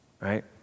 right